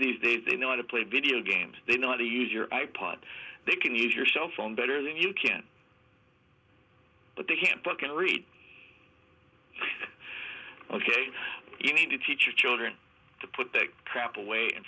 these days they know how to play video games they know how to use your i pod they can use your cellphone better than you can but they can't fucking read ok you need to teach your children to put that crap away and